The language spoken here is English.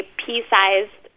pea-sized